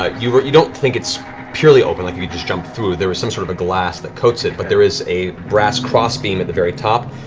ah you but you don't think it's purely open like you could just jump through. there is some sort of glass that coats it, but there is a brass cross-beam at the very top,